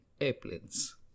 airplanes